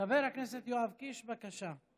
חבר הכנסת יואב קיש, בבקשה.